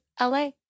LA